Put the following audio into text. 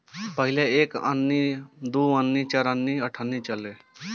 पहिले एक अन्नी, दू अन्नी, चरनी आ अठनी चलो